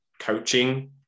coaching